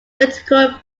theatrical